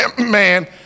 man